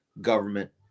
government